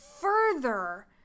further